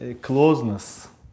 closeness